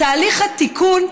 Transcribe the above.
תהליך התיקון,